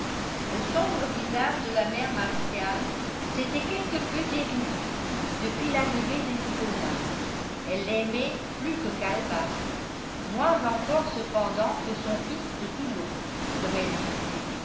le sombre visage de la mère martial s'était quelque peu déridé depuis l'arrivée de nicolas elle l'aimait plus que calebasse moins encore cependant que son fils de toulon comme elle disait